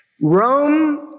Rome